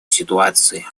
ситуации